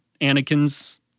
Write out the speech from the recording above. Anakin's